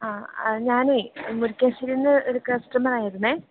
ആ അ ഞാനേ മുരിക്കാശ്ശേരിയിൽ നിന്ന് ഒരു കസ്റ്റമറായിരുന്നെ